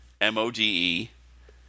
M-O-D-E